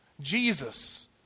Jesus